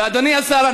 אדוני השר,